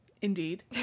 Indeed